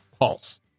Pulse